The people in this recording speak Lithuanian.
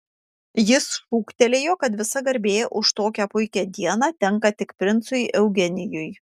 jis šūktelėjo kad visa garbė už tokią puikią dieną tenka tik princui eugenijui